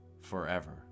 forever